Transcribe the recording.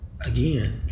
Again